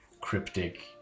cryptic